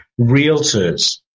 realtors